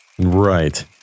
Right